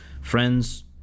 Friends